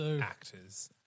Actors